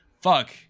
fuck